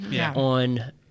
On